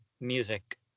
music